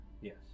Yes